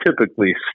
typically